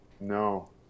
No